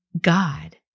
God